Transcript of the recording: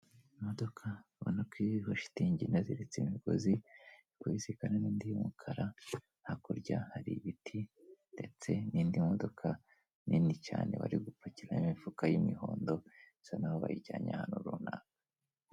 Imodokabona ubona ko iriho shitingi inaziritseho imigozi, iri kubisikana n'indi y'umukara, hakurya hari ibiti ndetse n'indi modoka nini cyane bari gupakiramo imifuka y'imihondo, bisa naho bayijyanye ahantu runaka.